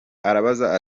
arambaza